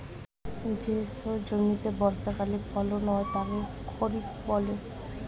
যে শস্য জমিতে বর্ষাকালে ফলন হয় তাকে খরিফ বলে